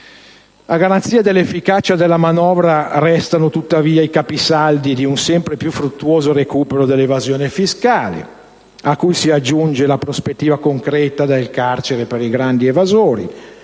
A garanzia dell'efficacia della manovra restano i capisaldi di un sempre più fruttuoso recupero dell'evasione fiscale, a cui si aggiunge la prospettiva concreta del carcere per i grandi evasori